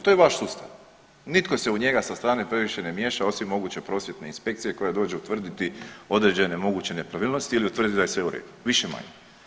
To je vaš sustav, nitko se u njega sa strane previše ne miješa osim moguće prosvjetne inspekcije koja dođe utvrditi određene moguće nepravilnosti ili utvrditi da je sve u redu više-manje.